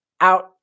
out